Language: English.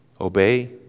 obey